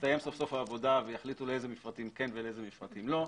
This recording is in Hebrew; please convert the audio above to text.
תסתיים סוף סוף העבודה ויחליטו לאיזה מפרטים כן ולאיזה מפרטים לא,